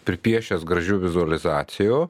pripiešęs gražių vizualizacijų